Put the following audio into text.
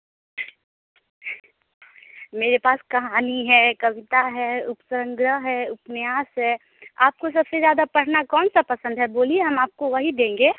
मेरे पास कहानी है कविता है उपसंग्रह है उपन्यास है आपको सबसे ज़्यादा पढ़ना कौन सा पसंद है बोलिए हम आपको वही देंगे